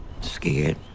Scared